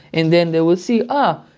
and then they will see, oh!